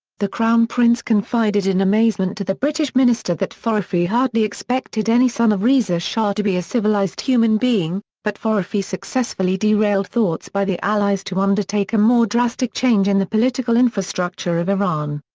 the crown prince confided in amazement to the british minister that foroughi hardly expected any son of reza shah to be a civilized human being, but foroughi successfully derailed thoughts by the allies to undertake a more drastic change in the political infrastructure of iran.